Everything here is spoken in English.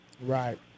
Right